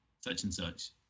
such-and-such